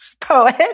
poet